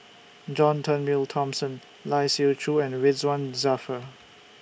John Turnbull Thomson Lai Siu Chiu and Ridzwan Dzafir